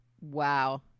wow